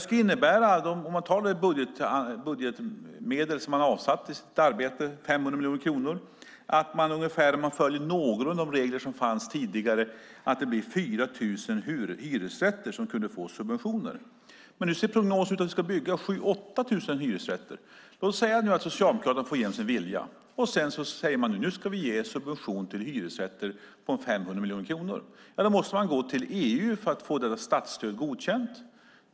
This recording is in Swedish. Om man tar de budgetmedel som man avsatte i sitt arbete - 500 miljoner kronor - skulle det, om man någorlunda följer de regler som fanns tidigare, innebära att ungefär 4 000 hyresrätter kunde få subventioner. Men nu säger prognosen att vi ska bygga 7 000-8 000 hyresrätter. Låt oss säga att Socialdemokraterna får sin vilja igenom och säger att nu ska vi ge en subvention till hyresrätter om 500 miljoner kronor. Då måste man gå till EU för att få detta statsstöd godkänt.